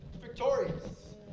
victorious